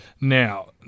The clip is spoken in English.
Now